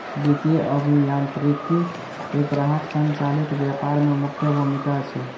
वित्तीय अभियांत्रिकी के ग्राहक संचालित व्यापार में मुख्य भूमिका अछि